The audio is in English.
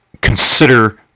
consider